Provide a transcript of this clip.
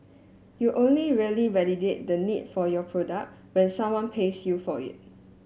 you only really validate the need for your product when someone pays you for it